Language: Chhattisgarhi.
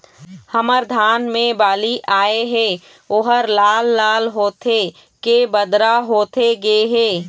हमर धान मे बाली आए हे ओहर लाल लाल होथे के बदरा होथे गे हे?